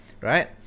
Right